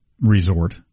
resort